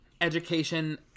education